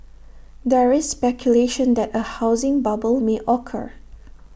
there is speculation that A housing bubble may occur